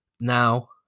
Now